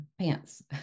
pants